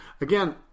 again